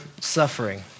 suffering